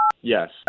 Yes